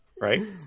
right